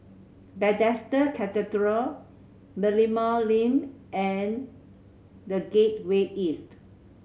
Bethesda Cathedral Merlimau Lane and The Gateway East